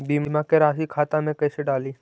बीमा के रासी खाता में कैसे डाली?